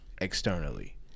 externally